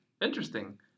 Interesting